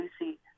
Lucy